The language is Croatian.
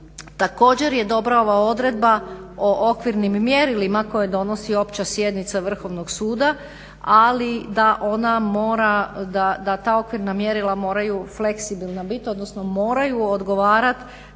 Također je dobra ova odredba o okvirnim mjerilima koje donosi opća sjednica Vrhovnog suda ali da onda mora da ta okvirna mjerila moraju fleksibilna biti odnosno moraju odgovarati